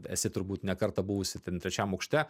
esi turbūt ne kartą buvusi ten trečiam aukšte